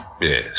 Yes